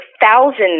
thousands